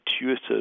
intuitive